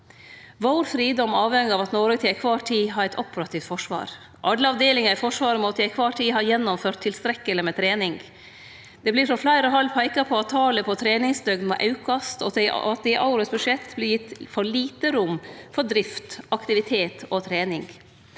Vår fridom avheng av at Noreg alltid har eit operativt forsvar. Alle avdelingar i Forsvaret må til kvar tid ha gjennomført tilstrekkeleg med trening. Det vert frå fleire hald peika på at talet på treningsdøgn må aukast, og at det i årets budsjett vert gitt for lite rom for drift, aktivitet og trening.